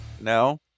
No